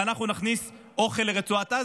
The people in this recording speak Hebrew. ואנחנו נכניס אוכל לרצועת עזה.